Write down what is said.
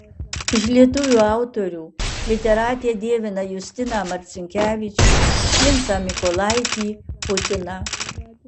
iš lietuvių autorių literatė dievina justiną marcinkevičių vincą mykolaitį putiną